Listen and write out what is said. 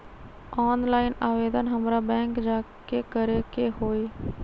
Online आवेदन हमरा bank जाके करे के होई?